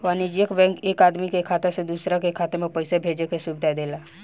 वाणिज्यिक बैंक एक आदमी के खाता से दूसरा के खाता में पईसा भेजे के सुविधा देला